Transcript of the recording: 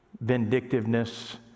vindictiveness